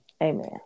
Amen